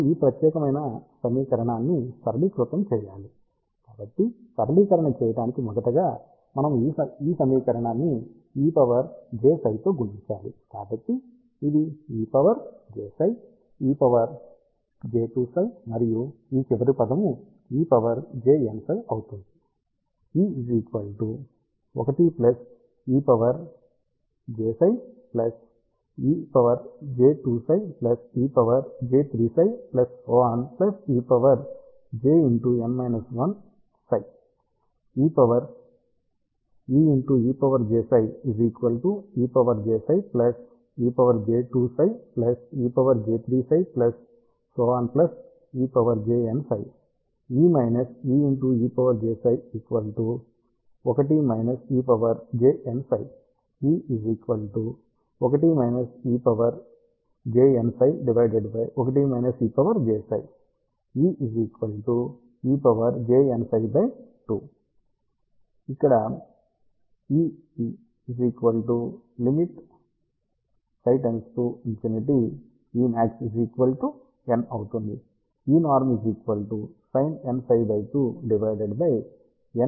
మనము ఈ ప్రత్యేకమైన సమీకరణాన్ని సరళీకృతం చేయాలి కాబట్టి సరళీకరణ చేయటానికి మొదటగా మనము ఈ సమీకరణాన్ని e పవర్ jψ తో గుణించాలి కాబట్టి ఇది ejψ ej2ψ మరియు ఈ చివరి పదము ejnψ అవుతుంది